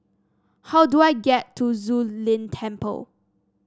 how do I get to Zu Lin Temple